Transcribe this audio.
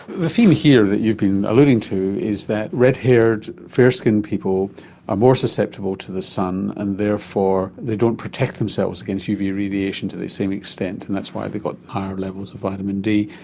the theme here that you've been alluding to is that red haired, fair skinned people are more susceptible to the sun and therefore they don't protect themselves against uv radiation to the same extent and that's why they've got higher levels of vitamin d,